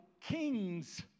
kings